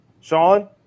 Sean